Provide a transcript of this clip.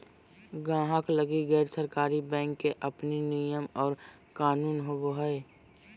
गाहक लगी गैर सरकारी बैंक के अपन नियम और कानून होवो हय